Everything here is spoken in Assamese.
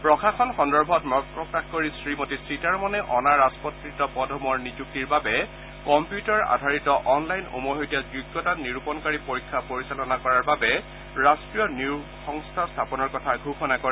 প্ৰশাসন সন্দৰ্ভত মত প্ৰকাশ কৰি শ্ৰীমতী সীতাৰমণে অনা ৰাজপত্ৰিত পদসমূহৰ নিযুক্তিৰ বাবে কম্পিউটাৰ আধাৰিত অনলাইন উমৈহতীয়া যোগ্যতা নিৰূপণকাৰী পৰীক্ষা পৰিচালনা কৰাৰ বাবে ৰাষ্ট্ৰীয় নিয়োগ সংস্থা স্থাপনৰ কথা ঘোষণা কৰে